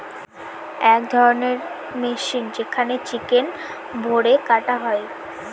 এক ধরণের মেশিন যেখানে চিকেন ভোরে কাটা হয়